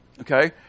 Okay